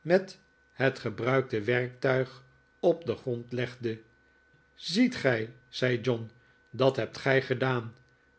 met het gebruikte werktuig op den grond legde ziet gij zei john dat hebt gij gedaan